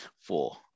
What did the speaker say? Four